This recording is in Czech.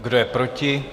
Kdo je proti?